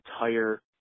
entire